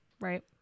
Right